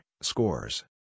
scores